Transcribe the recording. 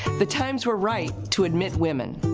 the times were right to admit women.